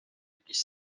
jakiś